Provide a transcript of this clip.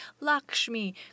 Lakshmi